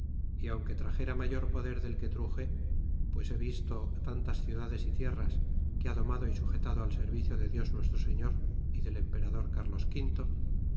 y aunque traxera mayor poder del que truxe pues he visto tantas ciudades y tierras que ha domado y sujetado al servicio de dios nuestro señor y del emperador carlos quinto